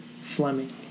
Fleming